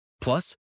Plus